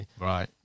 Right